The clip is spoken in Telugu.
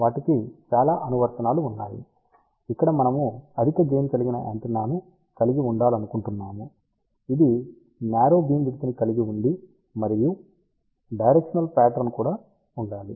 వాటికి చాలా అనువర్తనాలు ఉన్నాయి ఇక్కడ మనము అధిక గెయిన్ కలిగిన యాంటెన్నాను కలిగి ఉండాలనుకుంటున్నాము ఇది నారో బీమ్ విడ్త్ ని కలిగి ఉండి మరియు డైరెక్షనల్ ప్యాట్రన్ కూడా ఉండాలి